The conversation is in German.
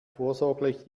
vorsorglich